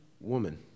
woman